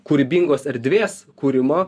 kūrybingos erdvės kūrimo